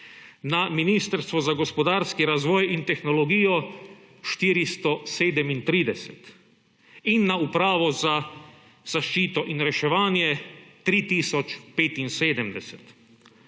na Ministrstvo za gospodarski razvoj in tehnologijo 437 in na Upravo za zaščito in reševanje 3